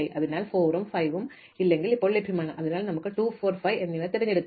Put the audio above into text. അതിനാൽ 4 ഉം 5 ഉം അല്ലെങ്കിൽ ഇപ്പോൾ ലഭ്യമാണ് അതിനാൽ നമുക്ക് 2 4 5 എന്നിവ തിരഞ്ഞെടുക്കാം